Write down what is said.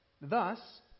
Thus